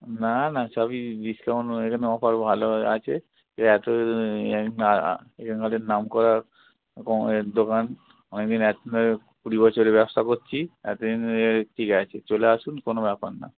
না না সবই ডিসকাউন্ট এখানে অফার ভালো আছে এ এতো নাম করা এ দোকান অনেকদিন এ কুড়ি বছরের ব্যবসা করছি এতদিন ঠিক আছে চলে আসুন কোনো ব্যাপার না